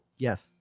Yes